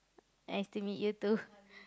nice to meet you too